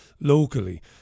locally